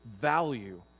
value